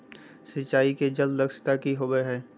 सिंचाई के जल दक्षता कि होवय हैय?